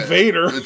Vader